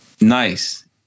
Nice